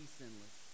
sinless